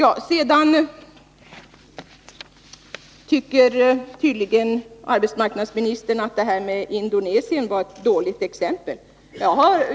Arbetsmarknadsministern tycker tydligen att det här med Indonesien var ett dåligt exempel.